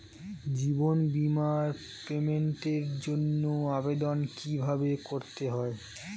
জীবন বীমার পেমেন্টের জন্য আবেদন কিভাবে করতে হয়?